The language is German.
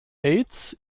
aids